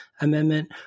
Amendment